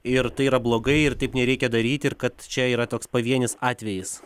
ir tai yra blogai ir taip nereikia daryti ir kad čia yra toks pavienis atvejis